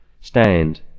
stand